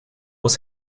was